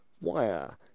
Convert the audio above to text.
Wire